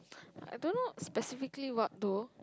I don't know specifically what though